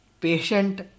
patient